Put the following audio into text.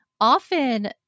often